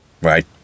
right